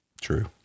True